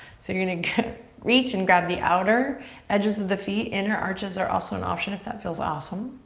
so you're gonna reach and grab the outer edges of the feet. inner arches are also an option if that feels awesome.